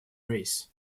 race